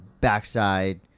backside